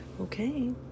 Okay